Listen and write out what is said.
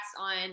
on